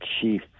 chief